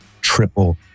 triple